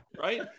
right